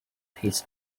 his